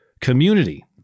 community